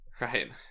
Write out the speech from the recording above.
right